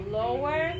lower